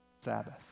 Sabbath